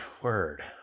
word